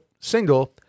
single